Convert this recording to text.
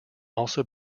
also